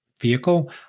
Vehicle